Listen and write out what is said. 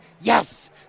yes